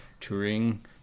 touring